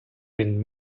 been